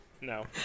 No